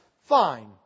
fine